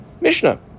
Mishnah